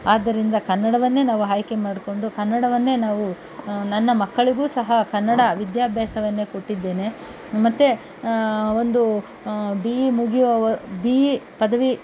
ಆದ್ದರಿಂದ ಕನ್ನಡವನ್ನೇ ನಾವು ಆಯ್ಕೆ ಮಾಡಿಕೊಂಡು ಕನ್ನಡವನ್ನೇ ನಾವು ನನ್ನ ಮಕ್ಕಳಿಗೂ ಸಹ ಕನ್ನಡ ವಿದ್ಯಾಭ್ಯಾಸವನ್ನೇ ಕೊಟ್ಟಿದ್ದೇನೆ ಮತ್ತೆ ಒಂದು ಬಿ ಇ ಮುಗಿಯುವ ಬಿ ಇ ಪದವಿ